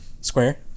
Square